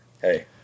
hey